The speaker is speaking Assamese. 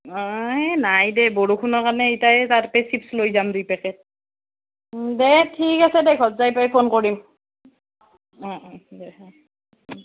অঁ এই নাই দে বৰষুণৰ কাৰণে এতিয়া তাৰপৰা চিপছ লৈ যাম দুই পেকেট দে ঠিক আছে দে ঘৰ যাই পাই ফোন কৰিম দে